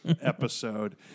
episode